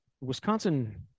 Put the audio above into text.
Wisconsin